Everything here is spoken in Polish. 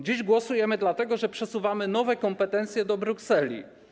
Dziś głosujemy dlatego, że przesuwamy nowe kompetencje do Brukseli.